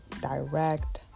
direct